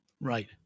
Right